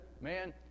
man